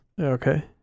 Okay